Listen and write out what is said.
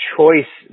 choice